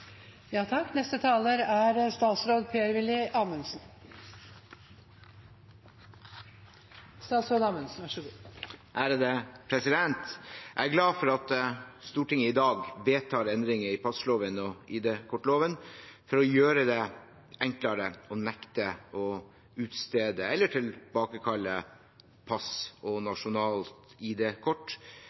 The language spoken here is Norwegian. Jeg er glad for at Stortinget i dag vedtar endringer i passloven og ID-kortloven for å gjøre det enklere å nekte å utstede eller tilbakekalle pass og nasjonalt